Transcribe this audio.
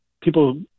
people